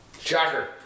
Shocker